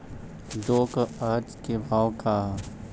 जौ क आज के भाव का ह?